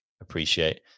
appreciate